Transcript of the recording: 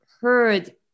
heard